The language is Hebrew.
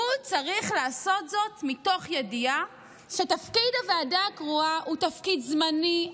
הוא צריך לעשות זאת מתוך ידיעה שתפקיד הוועדה הקרואה הוא תפקיד זמני,